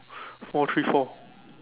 four three four